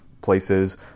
places